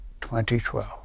2012